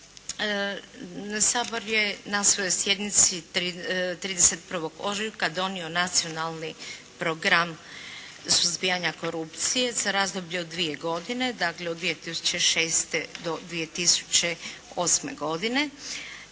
Sabor je na svojoj sjednici 31. ožujka donio Nacionalni program suzbijanja korupcije za razdoblje od dvije godine, dakle od 2006. do 2008. godine,